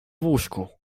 łóżku